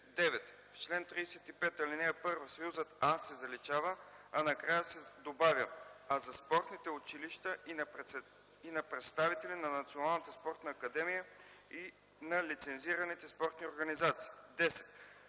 9. В чл. 35, ал. 1 съюзът „а” се заличава, а накрая се добавя „а за спортните училища – и на представители на Националната спортна академия и на лицензираните спортни организации”. 10.